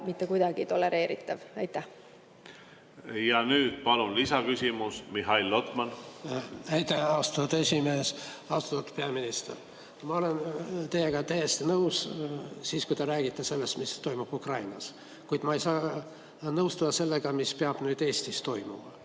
lisaküsimus, Mihhail Lotman! Ja nüüd palun lisaküsimus, Mihhail Lotman! Aitäh, austatud esimees! Austatud peaminister! Ma olen teiega täiesti nõus siis, kui te räägite sellest, mis toimub Ukrainas. Kuid ma ei saa nõustuda sellega, mis peab nüüd Eestis toimuma.